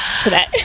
today